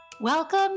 Welcome